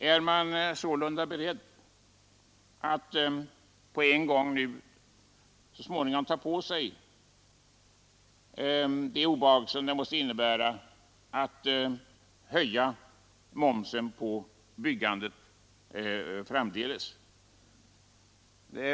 Är man sålunda beredd att så småningom ta på sig det obehag som det måste innebära att höja momsen på byggandet framdeles?